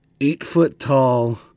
eight-foot-tall